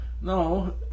No